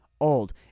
old